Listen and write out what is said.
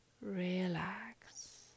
relax